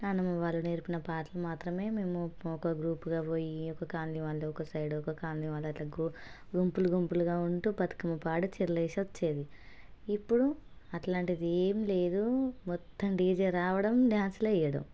నాన్నమ్మ వాళ్ళు నేర్పిన పాటలు మాత్రమే మేము ఒక గ్రూపుగా పోయి ఒక కాలనీ వాళ్ళు ఒక సైడు ఒక కాలనీ వాళ్ళు అలా గుంపులు గుంపులుగా ఉంటూ బతుకమ్మ పాడి వచ్చి చెరువులో వేసి వచ్చేది ఇప్పుడు అలాంటిది ఏమీ లేదు మొత్తం డీజే రావడం డ్యాన్సులు వేయడం